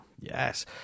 Yes